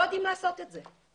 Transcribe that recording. לא יודעים לעשות את זה,